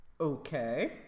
okay